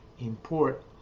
import